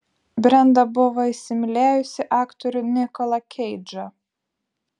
brenda buvo įsimylėjusi aktorių nikolą keidžą